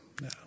No